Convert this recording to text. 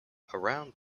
around